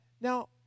Now